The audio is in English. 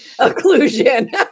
Occlusion